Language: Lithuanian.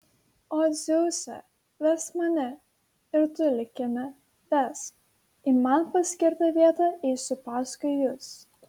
o dzeuse vesk mane ir tu likime vesk į man paskirtą vietą eisiu paskui jus